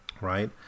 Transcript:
Right